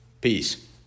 Peace